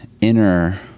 inner